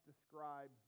describes